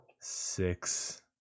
Six